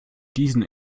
diesen